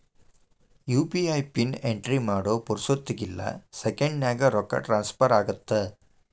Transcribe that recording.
UPI pin entry ಮಾಡೋ ಪುರ್ಸೊತ್ತಿಗಿಲ್ಲ ಸೆಕೆಂಡ್ಸ್ನ್ಯಾಗ ರೊಕ್ಕ ಟ್ರಾನ್ಸ್ಫರ್ ಆಗತ್ತ